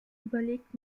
überlegt